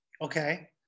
Okay